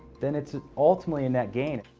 then it's ultimately a net gain.